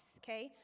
okay